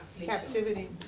Captivity